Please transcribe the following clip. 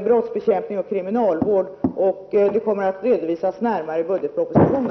brottsbekämpning och kriminalvård. De skall redovisas i budgetpropositionen.